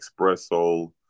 espresso